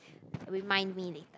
remind me later